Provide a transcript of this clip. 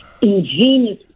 ingenious